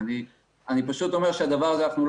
אני פשוט אומר שאת הדבר הזה לא